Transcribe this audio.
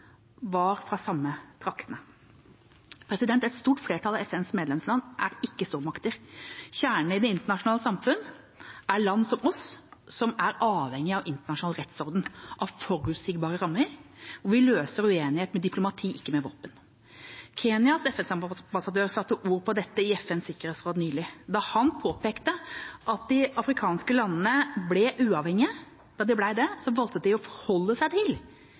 var fra de samme traktene. Et stort flertall av FNs medlemsland er ikke stormakter. Kjernen i det internasjonale samfunn er land som oss, som er avhengig av en internasjonal rettsorden, av forutsigbare rammer, hvor vi løser uenigheter med diplomati, ikke med våpen. Kenyas FN-ambassadør satte ord på dette i FNs sikkerhetsråd nylig da han påpekte at da de afrikanske landene ble uavhengige, valgte de å forholde seg til de